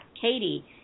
Katie